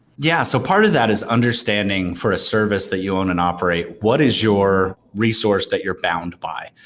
yeah. so part of that is understanding for a service that you own and operate, what is your resource that you're bound by?